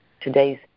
today's